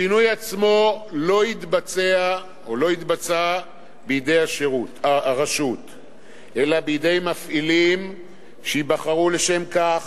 הפינוי עצמו לא יתבצע בידי הרשות אלא בידי מפעילים שייבחרו לשם כך,